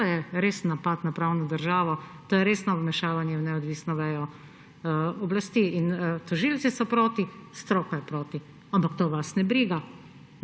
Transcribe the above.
To je res napad na pravno državo, to je resno vmešavanje v neodvisno vejo oblasti. Tožilci so proti, stroka je proti, ampak to vas ne briga.